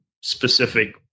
specific